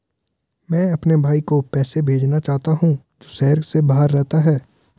मैं अपने भाई को पैसे भेजना चाहता हूँ जो शहर से बाहर रहता है